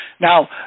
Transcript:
Now